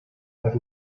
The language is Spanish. las